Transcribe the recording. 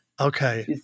Okay